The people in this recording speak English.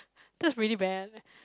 that's really bad